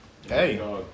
hey